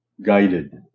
Guided